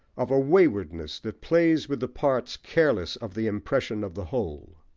of a waywardness that plays with the parts careless of the impression of the whole